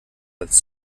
als